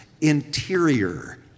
interior